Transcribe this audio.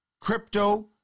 crypto